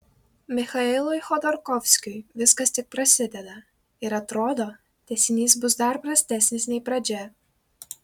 michailui chodorkovskiui viskas tik prasideda ir atrodo tęsinys bus dar prastesnis nei pradžia